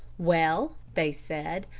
well, they said,